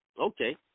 Okay